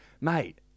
mate